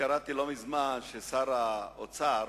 קראתי לא מזמן ששר האוצר